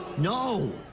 no,